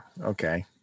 Okay